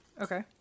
Okay